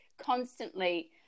constantly